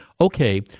okay